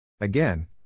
Again